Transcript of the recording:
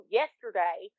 yesterday